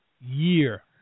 year